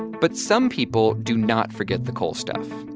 but some people do not forget the coal stuff.